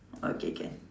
okay can